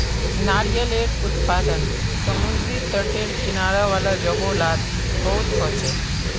नारियालेर उत्पादन समुद्री तटेर किनारा वाला जोगो लात बहुत होचे